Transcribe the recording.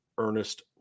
Ernest